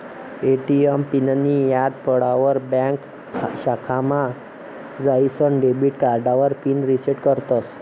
ATM पिननीं याद पडावर ब्यांक शाखामा जाईसन डेबिट कार्डावर पिन रिसेट करतस